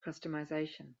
customization